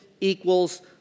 equals